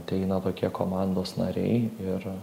ateina tokie komandos nariai ir